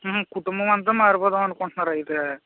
కుటుంబం అంతా మారిపోదాం అనుకుంట్నారా అయితే